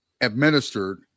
administered